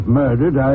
murdered